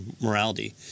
morality